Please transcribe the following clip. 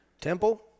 Temple